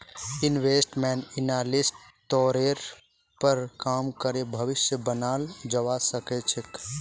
investment एनालिस्टेर तौरेर पर काम करे भविष्य बनाल जावा सके छे